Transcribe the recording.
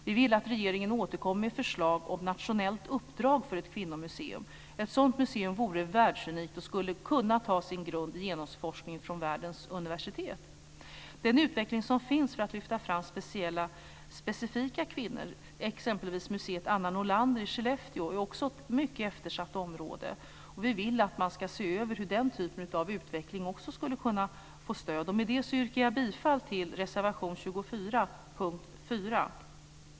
Vi vill att regeringen återkommer med förslag om nationellt uppdrag för ett kvinnomuseum. Ett sådant museum vore världsunikt och skulle kunna ta sin grund i genusforskningen från världens universitet. Den utveckling som finns för att lyfta fram specifika kvinnor, exempelvis Museum Anna Nordlander i Skellefteå, är också ett mycket eftersatt område. Vi vill att man ska se över hur den typen av utveckling också skulle kunna få stöd. Med det yrkar jag bifall till reservation 24 under punkt 4.